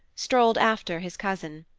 strolled after his cousin.